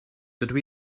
dydw